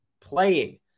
playing